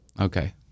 Okay